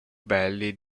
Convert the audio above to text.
belli